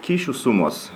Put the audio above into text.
kyšių sumos